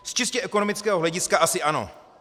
Z čistě ekonomického hlediska asi ano.